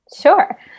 Sure